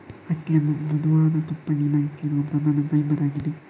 ಹತ್ತಿಯ ಮೃದುವಾದ ತುಪ್ಪಳಿನಂತಿರುವ ಪ್ರಧಾನ ಫೈಬರ್ ಆಗಿದೆ